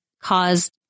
caused